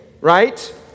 right